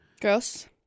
Gross